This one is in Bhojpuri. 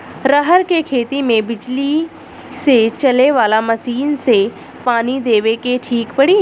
रहर के खेती मे बिजली से चले वाला मसीन से पानी देवे मे ठीक पड़ी?